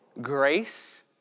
grace